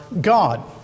God